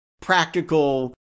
practical